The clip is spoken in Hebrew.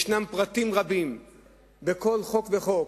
יש פרטים רבים בכל חוק וחוק,